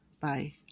Bye